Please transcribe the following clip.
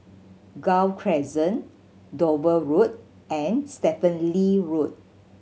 Gul Crescent Dover Road and Stephen Lee Road